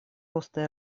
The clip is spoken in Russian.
роста